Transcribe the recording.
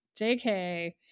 jk